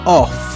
off